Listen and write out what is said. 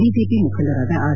BJP ಮುಖಂಡರಾದ R